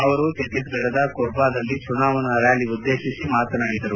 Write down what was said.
ಅವರು ಚತ್ತೀಸ್ಗಡದ ಕೋರ್ಬಾದಲ್ಲಿ ಚುನಾವಣಾ ರ್ಕಾಲಿ ಉದ್ದೇಶಿಸಿ ಮಾತನಾಡುತ್ತಿದ್ದರು